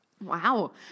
Wow